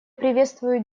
приветствую